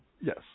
Yes